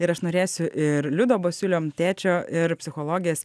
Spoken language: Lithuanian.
ir aš norėsiu ir liudo basiulio tėčio ir psichologės